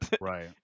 right